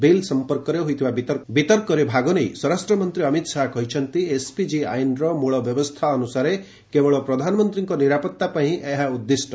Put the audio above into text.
bill ସଫପର୍କରେ ହୋଇଥିବା ବିତର୍କରେ ଭାଗନେଇ ସ୍ୱରାଷ୍ଟ୍ରମନ୍ତ୍ରୀ ଅମିତ ଶାହା କହିଛନ୍ତି ଏସ୍ପିଙ୍କି ଆଇନର ମୂଳ ବ୍ୟବସ୍ଥା ଅନୁସାରେ କେବଳ ପ୍ରଧାନମନ୍ତ୍ରୀଙ୍କ ନିରାପତ୍ତା ପାଇଁ ଏହା ଉଦ୍ଦିଷ୍ଟ